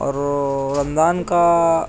اور رمضان کا